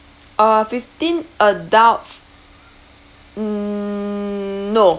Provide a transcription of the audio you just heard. uh fifteen adults mm no